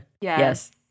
yes